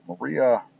Maria